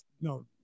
no